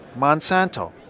Monsanto